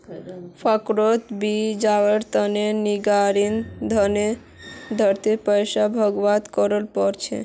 पार्कोंत भी जवार तने नागरिकक निर्धारित पैसा भुक्तान करवा पड़ छे